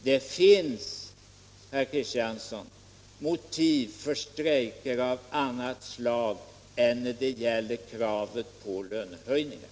Det finns, herr Kristiansson, motiv för strejker av annat slag än när det gäller kravet på lönehöjningar.